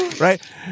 Right